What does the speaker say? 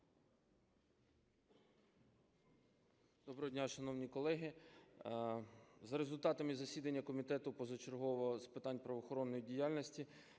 Доброго дня, шановні колеги! За результатами засідання Комітету позачергового з питань правоохоронної діяльності